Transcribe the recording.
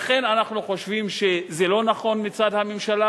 לכן אנחנו חושבים שזה לא נכון מצד הממשלה,